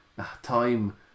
Time